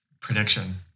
prediction